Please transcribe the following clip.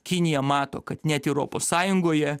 kinija mato kad net iropos sąjungoje